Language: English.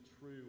true